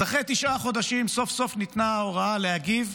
אז אחרי תשעה חודשים סוף-סוף ניתנה הוראה להגיב.